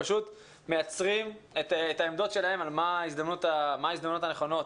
פשוט מיצרים את העמדות שלהם על מה ההזדמנויות הנכונות